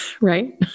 Right